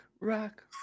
rock